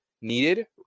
needed